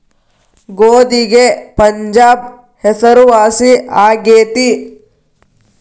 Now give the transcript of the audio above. ಗೋಧಿಗೆ ಪಂಜಾಬ್ ಹೆಸರುವಾಸಿ ಆಗೆತಿ